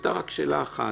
הייתה רק שאלה אחת,